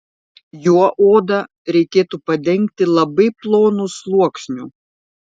juo odą reikėtų padengti labai plonu sluoksniu